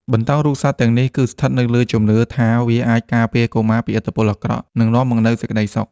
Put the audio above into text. បន្តោងរូបសត្វទាំងនេះ គឺស្ថិតនៅលើជំនឿថាវាអាចការពារកុមារពីឥទ្ធិពលអាក្រក់ និងនាំមកនូវសេចក្តីសុខ។